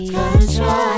Control